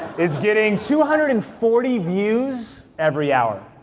is getting two hundred and forty views every hour.